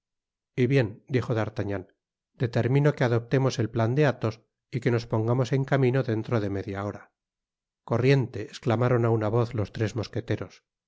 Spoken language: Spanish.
y bien dijo d'artagnan determino que adoptemos el plan de athos y que nos pongamos en camino dentro de media hora corriente esclamaron á una voz los tres mosqueteros